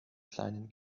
kleinen